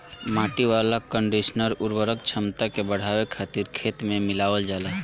माटी वाला कंडीशनर उर्वरक क्षमता के बढ़ावे खातिर खेत में मिलावल जाला